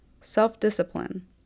self-discipline